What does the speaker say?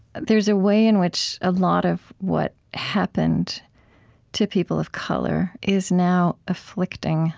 there's a way in which a lot of what happened to people of color is now afflicting